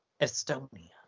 estonia